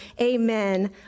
Amen